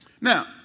Now